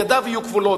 ידיו יהיו כבולות,